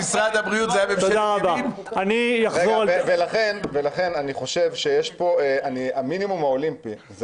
אתם גם לא תטפלו בקורונה ------ לכן המינימום האולימפי זה